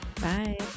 Bye